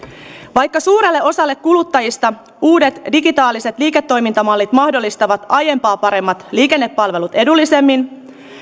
vaikka suurelle osalle kuluttajista uudet digitaaliset liiketoimintamallit mahdollistavat aiempaa paremmat liikennepalvelut edullisemmin